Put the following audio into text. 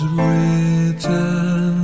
written